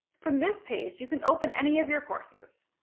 from this page you can open any of your classes.